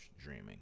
dreaming